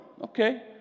okay